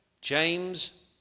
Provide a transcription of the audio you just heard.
James